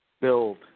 build